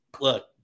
look